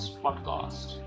podcast